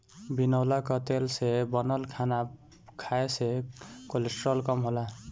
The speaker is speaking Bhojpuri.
बिनौला कअ तेल से बनल खाना खाए से कोलेस्ट्राल कम होला